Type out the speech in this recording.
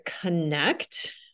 connect